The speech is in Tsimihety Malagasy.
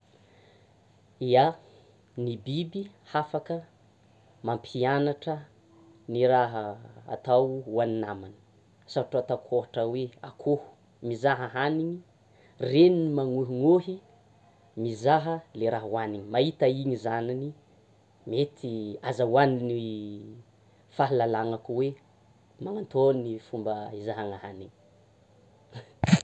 Ia! Ny biby hafaka mampianatra ny raha atao ho an'ny namany, asa ataoko hoe akoho mizaha haniny, reniny manoro ny ôhy mizaha le raha hoaniny; mahita iny zanany mety azahoany ny fahalalana koa hoe: mangnano i tôho ny fomba izahana haniny.